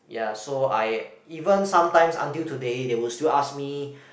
ya so I even sometimes until today they will still ask me